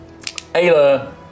Ayla